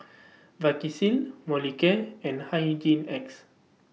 Vagisil Molicare and Hygin X